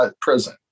prison